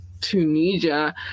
Tunisia